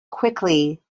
quickly